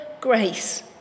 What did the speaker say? grace